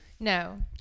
No